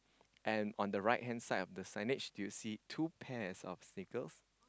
and on the right hand side of the signage do you see two pairs of sneakers